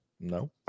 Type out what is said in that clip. No